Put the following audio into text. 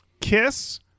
kiss